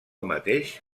mateix